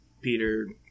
Peter